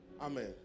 Amen